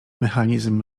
mechanizm